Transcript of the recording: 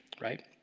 right